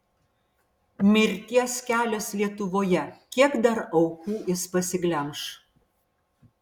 mirties kelias lietuvoje kiek dar aukų jis pasiglemš